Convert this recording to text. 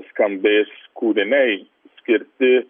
skambės kūriniai skirti